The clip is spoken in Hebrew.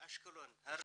בגלל שהמשפחה גדלה,